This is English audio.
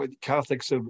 Catholics